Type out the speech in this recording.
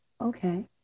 Okay